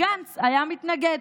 גנץ היה מתנגד.